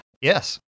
Yes